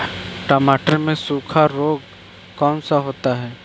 टमाटर में सूखा रोग कौन सा होता है?